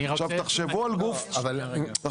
עכשיו, תחשבו על גוף --- לא, מה זה לחץ?